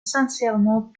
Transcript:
sincèrement